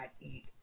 eat